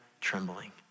trembling